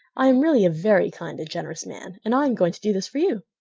i am really a very kind and generous man and i am going to do this for you!